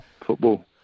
Football